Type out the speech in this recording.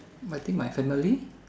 I think my family